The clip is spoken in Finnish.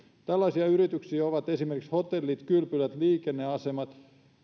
tällaisia yrityksiä ovat esimerkiksi hotellit kylpylät liikenneasemat